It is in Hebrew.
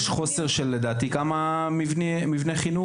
יש חוסר שלדעתי כמה מבני חינוך?